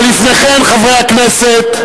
אבל לפני כן, חברי הכנסת,